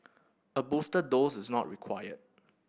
a booster dose is not required